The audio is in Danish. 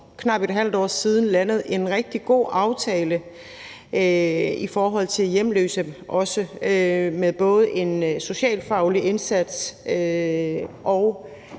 knap et halvt år siden landet en rigtig god aftale, også i forhold til hjemløse, med både en socialfaglig indsats og